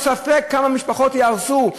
יש ספק כמה משפחות ייהרסו,